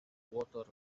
water